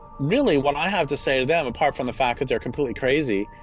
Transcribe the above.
really what i have to say to them, apart from the fact that they're completely crazy,